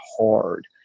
hard